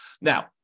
Now